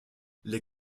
les